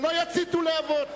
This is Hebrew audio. שלא יציתו להבות.